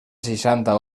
seixanta